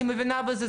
היא מבינה בזה,